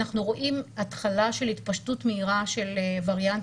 אנחנו רואים התחלה של התפשטות מהירה של הווריאנט